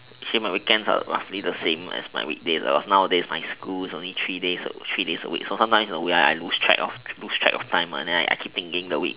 actually me weekends are like roughly the same as my weekdays but nowadays my school is just three days three days a week so sometimes the way I lose track lose track of time and then I keep playing game in the week